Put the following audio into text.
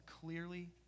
clearly